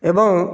ଏବଂ